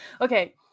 okay